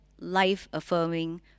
life-affirming